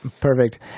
Perfect